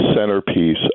centerpiece